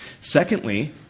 Secondly